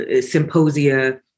symposia